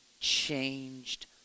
changed